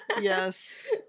Yes